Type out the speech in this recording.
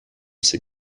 ses